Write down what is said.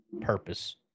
purpose